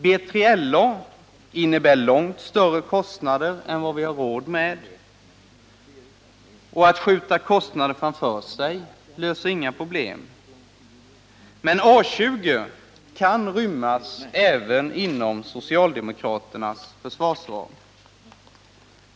BILA medför långt större kostnader än vad vi har råd med, och att skjuta kostnaderna framför sig löser inga problem. Men A20 kan rymmas även inom socialdemokraternas försvarsram.